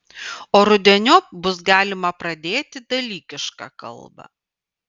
o rudeniop bus galima pradėti dalykišką kalbą